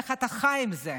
איך אתה חי עם זה?